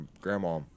grandma